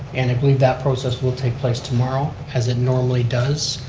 and i believe that process will take place tomorrow, as it normally does,